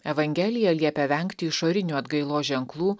evangelija liepia vengti išorinių atgailos ženklų